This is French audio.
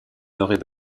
auraient